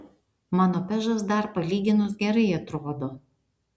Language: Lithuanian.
mano pežas dar palyginus gerai atrodo